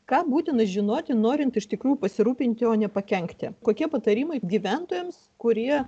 ką būtina žinoti norint iš tikrųjų pasirūpinti o nepakenkti kokie patarimai gyventojams kurie